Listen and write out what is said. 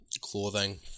clothing